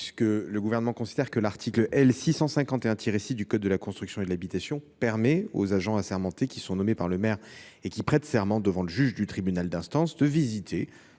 effet, le Gouvernement considère que l’article L. 651 6 du code de la construction et de l’habitation permet aux agents assermentés, qui sont nommés par le maire et prêtent serment devant le juge du tribunal d’instance, de visiter